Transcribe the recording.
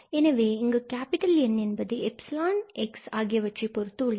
எனவே இங்கு எண் N என்பது 𝜖 and 𝑥 ஆகியவற்றைப் பொறுத்து உள்ளது